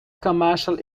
commercial